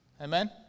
Amen